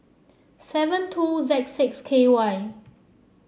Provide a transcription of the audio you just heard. seven two Z six K Y